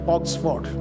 Oxford